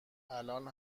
الان